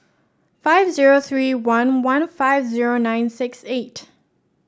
five zero three one one five zero nine six eight